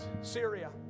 Syria